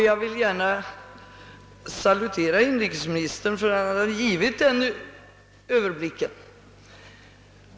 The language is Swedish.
Jag vill gärna salutera inrikesministern för att han har givit oss denna överblick.